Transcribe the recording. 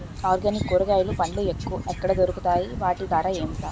Organic కూరగాయలు పండ్లు ఎక్కడ దొరుకుతాయి? వాటి ధర ఎంత?